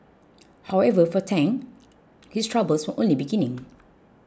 however for Tang his troubles were only beginning